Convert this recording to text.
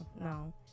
no